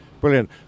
brilliant